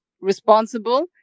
responsible